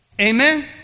Amen